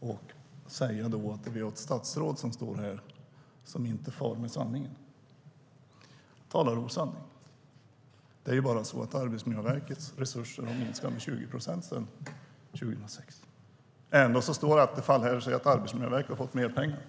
och säga att vi här har ett statsråd som inte säger sanningen. Arbetsmiljöverkets resurser har minskat med 20 procent sedan 2006. Ändå står Attefall här och säger att Arbetsmiljöverket har fått mer pengar.